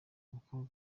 uko